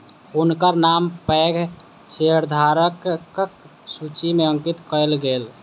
हुनकर नाम पैघ शेयरधारकक सूचि में अंकित कयल गेल